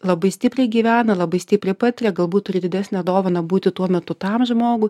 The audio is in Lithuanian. labai stipriai gyvena labai stipriai patiria galbūt turi didesnę dovaną būti tuo metu tam žmogui